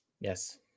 yes